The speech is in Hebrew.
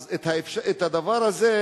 אז את הדבר הזה,